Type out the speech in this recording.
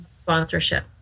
sponsorship